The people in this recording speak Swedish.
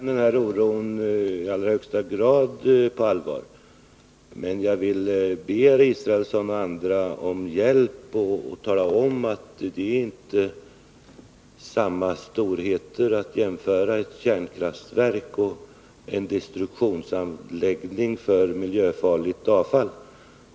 Herr talman! Jag tar den här oron på allvar i allra högsta grad. Men jag vill be herr Israelsson och andra om hjälp med att tala om att det inte är fråga om samma storheter om man jämför ett kärnkraftverk och en destruktionsanläggning för miljöfarligt avfall.